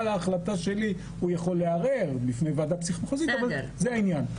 על ההחלטה שלי הוא יכול לערער בפני ועדה מחוזית אבל זה העניין.